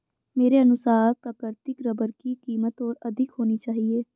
मेरे अनुसार प्राकृतिक रबर की कीमत और अधिक होनी चाहिए